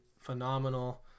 phenomenal